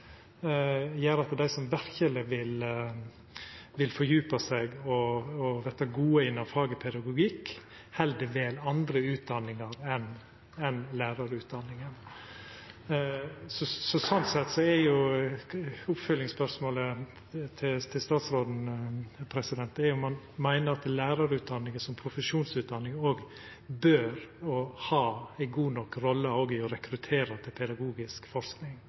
verkeleg vil fordjupa seg og verta gode innan faget pedagogikk, heller vel andre utdanningar enn lærarutdanninga. Slik sett er oppfølgingsspørsmålet til statsråden: Meiner han at lærarutdanninga som profesjonsutdanning bør ha og har ei god nok rolle også når det gjeld å rekruttera til pedagogisk forsking?